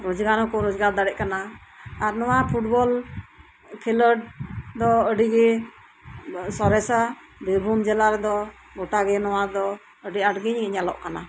ᱨᱚᱡᱽᱜᱟᱨ ᱦᱚᱸᱠᱚ ᱨᱚᱡᱽᱜᱟᱨ ᱫᱟᱲᱮᱭᱟᱜ ᱠᱟᱱᱟ ᱟᱨ ᱱᱚᱣᱟ ᱯᱷᱩᱴᱵᱚᱞ ᱠᱷᱮᱞᱳᱰ ᱫᱚ ᱟᱰᱤ ᱜᱮ ᱥᱚᱨᱮᱥᱟ ᱵᱤᱨᱵᱷᱩᱢ ᱡᱮᱞᱟ ᱨᱮᱫᱚ ᱜᱚᱴᱟ ᱜᱮ ᱱᱚᱣᱟ ᱫᱚ ᱟᱰᱤ ᱟᱸᱴ ᱜᱮ ᱧᱮᱞᱚᱜ ᱠᱟᱱᱟ